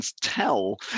tell